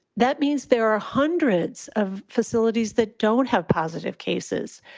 that means there are hundreds of facilities that don't have positive cases.